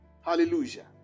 Hallelujah